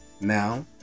Now